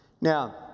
Now